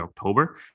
October